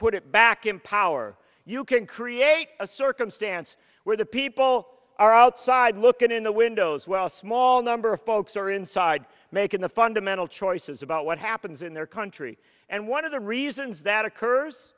put it back in power you can create a circumstance where the people are outside looking in the windows well a small number of folks are inside making the fundamental choices about what happens in their country and one of the reasons that occurs